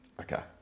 Okay